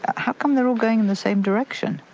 how come they're all going in the same direction?